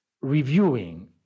reviewing